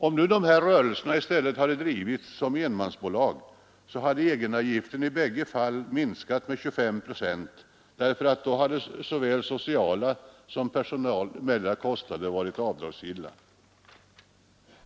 Om dessa rörelser i stället hade drivits som enmansbolag, hade egenavgiften i de bägge fallen minskat med 25 procent, därför att såväl sociala kostnader som personalkostnader då är avdragsgilla.